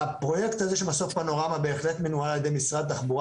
הפרויקט הזה של מסוף פנורמה בהחלט מנוהל על ידי משרד התחבורה